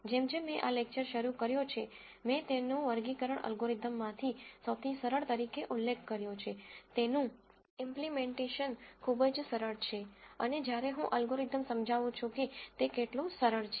જેમ જેમ મેં આ લેકચર શરૂ કર્યો છે મેં તેનો વર્ગીકરણ એલ્ગોરિધમ માંથી સૌથી સરળ તરીકે ઉલ્લેખ કર્યો છે તેનું ઈમ્પ્લીમેનટેશન ખૂબ જ સરળ છે અને જ્યારે હું એલ્ગોરિધમ સમજાવું છું કે તે કેટલું સરળ છે